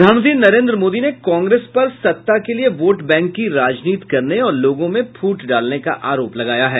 प्रधानमंत्री नरेन्द्र मोदी ने कांग्रेस पर सत्ता के लिए वोट बैंक की राजनीति करने और लोगों में फूट डालने का आरोप लगाया है